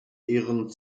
ehren